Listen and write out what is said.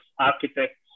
architects